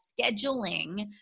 scheduling